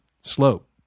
slope